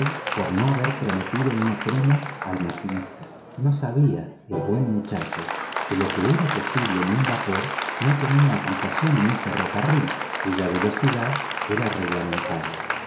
por no haber prometido una prima al maquinista no sabía el buen muchacho que lo que era posible en un vapor no tenía aplicación en un ferrocarril cuya velocidad era reglamentaria